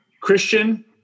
Christian